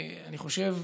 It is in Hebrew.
אני חושב,